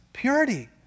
purity